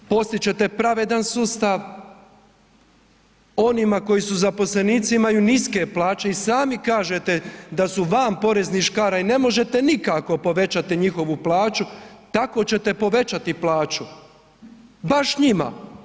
Postit ćete pravedan sustav onima koji su zaposlenici imaju niske plaće i sami kažete da su van poreznih škara i ne možete nikako povećati njihovu plaću, tako ćete povećati plaću, baš njima.